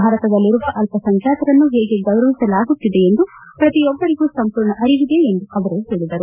ಭಾರತದಲ್ಲಿರುವ ಅಲ್ಪಸಂಖ್ಯಾತರನ್ನು ಹೇಗೆ ಗೌರವಿಸಲಾಗುತ್ತಿದೆ ಎಂದು ಪ್ರತಿಯೊಬ್ಬರಿಗೂ ಸಂಪೂರ್ಣ ಅರಿವಿದೆ ಎಂದು ಅವರು ಹೇಳಿದರು